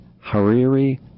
Hariri